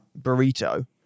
burrito